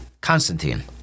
Constantine